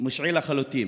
מושהה לחלוטין